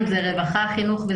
אם זה רווחה וחינוך,